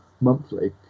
monthly